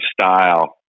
style